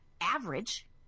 average